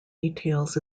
details